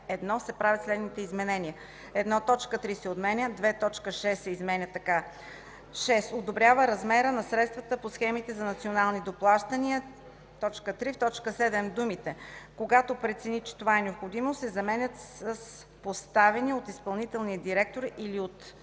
1 се правят следните изменения: 1. Точка 3 се отменя. 2. Точка 6 се изменя така: „6. одобрява размера на средствата по схемите за национални доплащания;“. 3. В т. 7 думите „когато прецени, че това е необходимо“ се заменят с „поставени от изпълнителния директор или от